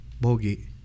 Bogie